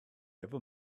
ever